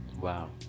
Wow